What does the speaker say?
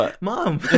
mom